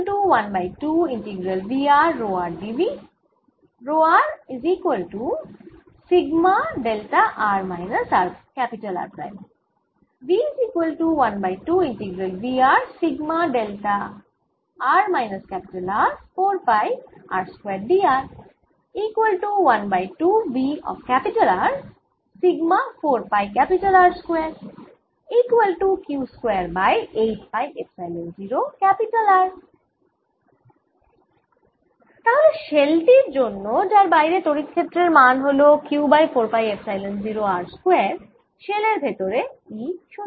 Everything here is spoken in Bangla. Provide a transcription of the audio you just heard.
তাহলে শেল টির জন্য তার বাইরে তড়িৎ ক্ষেত্রের মান হল Q by 4 pi epsilon 0 r square shell এর ভেতরে E 0